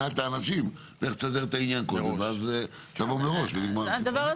את האנשים לסדר את העניין מראש ונגמר הסיפור.